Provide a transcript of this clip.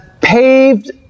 paved